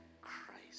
Christ